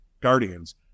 guardians